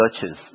churches